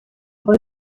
خوای